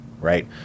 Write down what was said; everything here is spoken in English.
right